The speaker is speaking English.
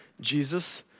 Jesus